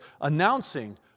announcing